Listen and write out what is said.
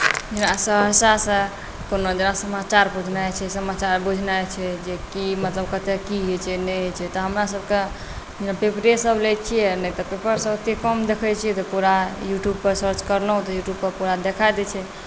जेना सहरसासँ कोनो जेना समाचार बुझनाइ छै जेकि मतलब कतय की होइत छै नहि होइत छै तऽ हमरासभकेँ जेना पेपरेसभ लैत छियै नहि तऽ पेपरसभ कम देखैत छियै तऽ पूरा यूट्यूबपर सर्च करलहुँ तऽ यूट्यूबपर पूरा देखाइ दैत छै